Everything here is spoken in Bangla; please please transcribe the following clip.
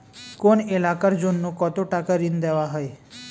কোন এলাকার জন্য কত টাকা ঋণ দেয়া হয়?